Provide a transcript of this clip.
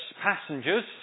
passengers